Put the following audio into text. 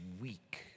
weak